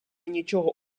нічого